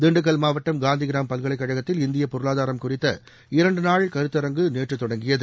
திண்டுக்கல் மாவட்டம் காந்தி கிராம் பல்கலைக் கழகத்தில் இந்திய பொருளாதாரம் குறித்த இரண்டு நாள் கருத்தரங்கு நேற்று தொடங்கியது